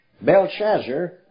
Belshazzar